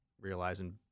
realizing